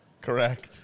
Correct